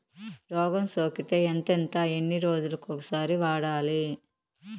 రోగం సోకితే ఎంతెంత ఎన్ని రోజులు కొక సారి వాడాలి?